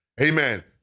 Amen